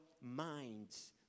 minds